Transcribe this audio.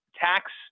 tax